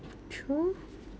true